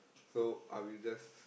so I will just